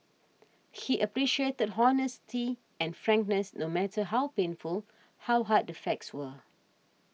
he appreciated honesty and frankness no matter how painful how hard the facts were